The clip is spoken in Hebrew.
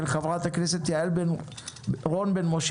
של חה"כ יעל רון בן משה.